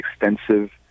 extensive